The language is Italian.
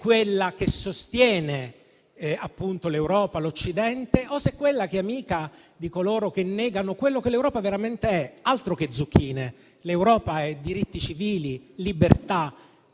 quella che sostiene l'Europa, l'Occidente, o se è quella che è amica di coloro che negano quello che l'Europa veramente è, altro che zucchine: l'Europa è diritti civili, libertà,